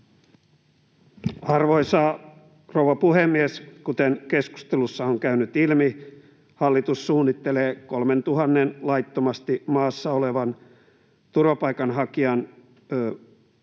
Arvoisa rouva puhemies! Kuten keskustelussa on käynyt ilmi, hallitus suunnittelee 3 000:lle maassa laittomasti olevalle turvapaikanhakijalle